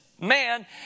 man